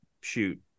shoot